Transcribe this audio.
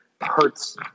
hurts